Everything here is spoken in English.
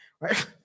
right